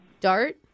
dart